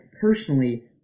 Personally